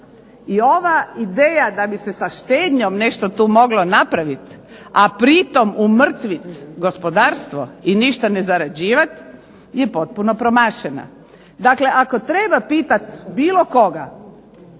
I ova ideja da bi se sa štednjom nešto tu moglo napraviti, a pritom umrtviti gospodarstvo i ništa ne zarađivati je potpuno promašena. Dakle, ako treba pitat bilo koga